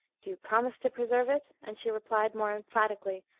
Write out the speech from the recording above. do you promise to preserve it? and she replied more emphatically,